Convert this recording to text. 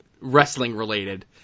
wrestling-related